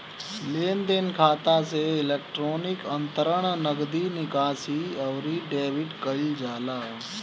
लेनदेन खाता से इलेक्ट्रोनिक अंतरण, नगदी निकासी, अउरी डेबिट कईल जाला